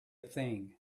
thing